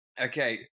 Okay